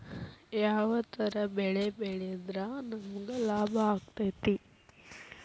ಯಾವ ತರ ಬೆಳಿ ಬೆಳೆದ್ರ ನಮ್ಗ ಲಾಭ ಆಕ್ಕೆತಿ?